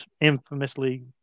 infamously